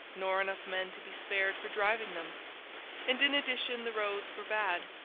nor enough men to be spared for driving them and, in addition, the roads were bad.